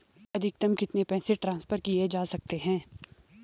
अधिकतम कितने पैसे ट्रांसफर किये जा सकते हैं?